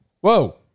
whoa